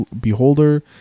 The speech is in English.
Beholder